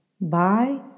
Bye